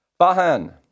Bahan